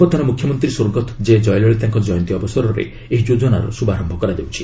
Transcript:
ପୂର୍ବତନ ମ୍ରଖ୍ୟମନ୍ତ୍ରୀ ସ୍ୱର୍ଗତ ଜେ ଜୟଲଳିତାଙ୍କ ଜୟନ୍ତୀ ଅବସରରେ ଏହି ଯୋଚ୍ଚନାର ଶୁଭାରମ୍ଭ କରାଯାଉଛି